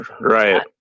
Right